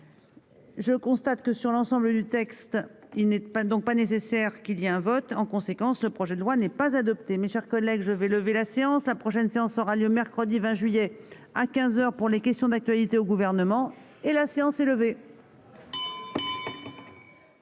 je constate que sur l'ensemble du texte il n'aident pas donc pas nécessaire qu'il y a un vote en conséquence, le projet de loi n'est pas adopté, mes chers collègues, je vais lever la séance, la prochaine séance aura lieu mercredi 20 juillet à 15 heures pour les questions d'actualité au gouvernement et la séance est levée.